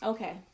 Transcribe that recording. Okay